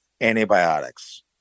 antibiotics